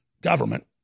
government